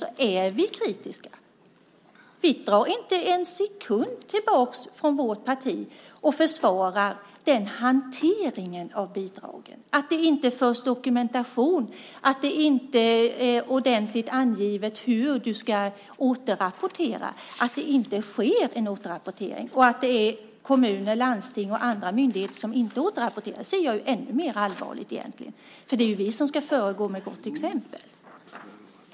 Vi i vårt parti försvarar inte för en sekund hanteringen av bidragen, att det inte förs dokumentation, att det inte är ordentligt angivet hur man ska återrapportera och att det inte sker en återrapportering. Jag anser det egentligen är ännu mer allvarligt att det är kommuner, landsting och andra myndigheter som inte återrapporterar. Det är ju vi som ska föregå med gott exempel.